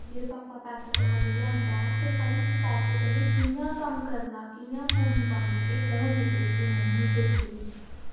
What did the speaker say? जे भापा पैसे कमाई लेआंदा ऐ ते भई उस पैसे कन्नै कियां कम्म करना कियां पूरी पानी एह् ते एह् कुन दिक्खदे एह् मम्मी गै दिक्खदे